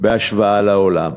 בהשוואה לעולם,